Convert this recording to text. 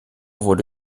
wurde